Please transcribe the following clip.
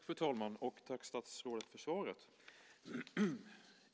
Fru talman! Tack statsrådet för svaret.